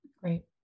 Great